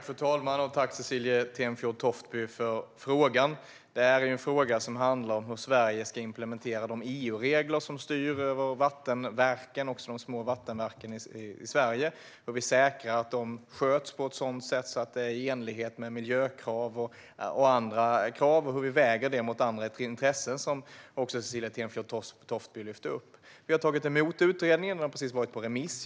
Fru talman! Tack, Cecilie Tenfjord-Toftby, för frågan! Det är ju en fråga som handlar om hur Sverige ska implementera de EU-regler som styr över vattenverken, också de små vattenverken i Sverige, och hur vi säkrar att de sköts på ett sätt som är i enlighet med miljökrav och annat, liksom hur vi väger det mot andra intressen. Vi har tagit emot utredningen. Den har precis varit på remiss.